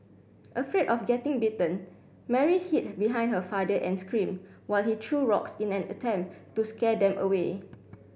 afraid of getting bitten Mary hid behind her father and screamed while he threw rocks in an attempt to scare them away